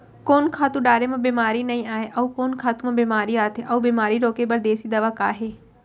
कोन खातू डारे म बेमारी नई आये, अऊ कोन खातू म बेमारी आथे अऊ बेमारी रोके बर देसी दवा का हे?